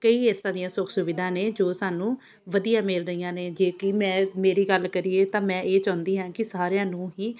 ਕਈ ਇਸ ਤਰ੍ਹਾਂ ਦੀਆਂ ਸੁੱਖ ਸੁਵਿਧਾ ਨੇ ਜੋ ਸਾਨੂੰ ਵਧੀਆ ਮਿਲ ਰਹੀਆਂ ਨੇ ਜੇ ਕੀ ਮੈਂ ਮੇਰੀ ਗੱਲ ਕਰੀਏ ਤਾਂ ਮੈਂ ਇਹ ਚਾਹੁੰਦੀ ਹਾਂ ਕਿ ਸਾਰਿਆਂ ਨੂੰ ਹੀ